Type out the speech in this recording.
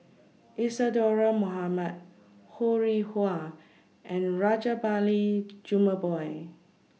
Isadhora Mohamed Ho Rih Hwa and Rajabali Jumabhoy